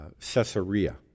Caesarea